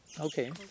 okay